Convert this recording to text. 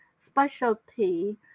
specialty